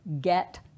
get